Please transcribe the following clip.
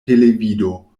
televido